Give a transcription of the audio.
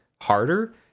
harder